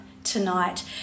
Tonight